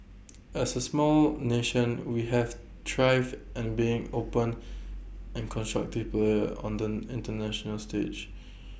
as A small nation we have thrived an being open and constructive player on the International stage